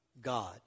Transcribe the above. God